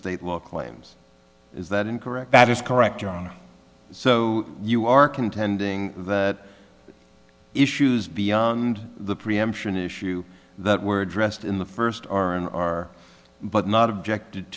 state law claims is that incorrect that is correct john so you are contending that issues beyond the preemption issue that were dressed in the first are and are but not objected